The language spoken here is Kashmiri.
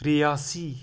رِیاسی